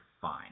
fine